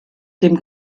dem